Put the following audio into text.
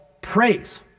praise